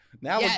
Now